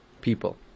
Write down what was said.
people